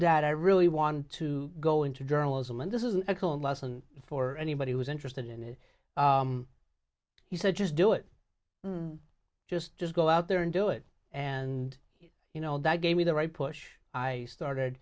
dad i really want to go into journalism and this is an excellent lesson for anybody who's interested in it he said just do it just just go out there and do it and you know that gave me the right push i started